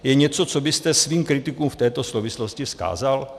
Je něco, co byste svým kritikům v této souvislosti vzkázal?